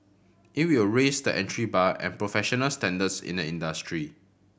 it will raise the entry bar and professional standards in the industry